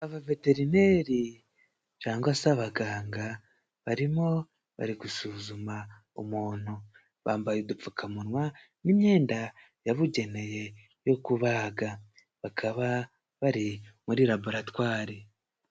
Abaveterineri cyangwa se abaganga barimo bari gusuzuma umuntu, bambaye udupfukamunwa n'imyenda yabugeneye yo kubaga. Bakaba bari muri laboratwari.